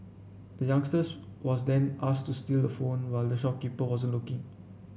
the youngster was then asked to steal the phone while the shopkeeper wasn't looking